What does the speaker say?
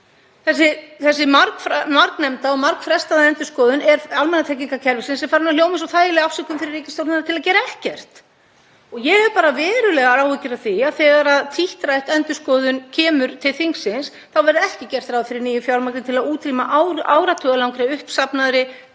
Þessi margnefnda og margfrestaða endurskoðun almannatryggingakerfisins er farin að hljóma eins og þægileg afsökun fyrir ríkisstjórnina til að gera ekkert. Ég hef bara verulegar áhyggjur af því að þegar tíðrædd endurskoðun kemur til þingsins verði ekki gert ráð fyrir nýju fjármagni til að útrýma áratugalangri uppsafnaðri